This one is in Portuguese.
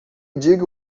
diga